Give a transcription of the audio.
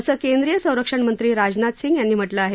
असं केंद्रीय संरक्षणमंत्री राजनाथ सिंग यांनी म्हटलं आहे